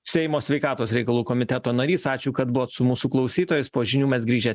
seimo sveikatos reikalų komiteto narys ačiū kad buvot su mūsų klausytojais po žinių mes grįžę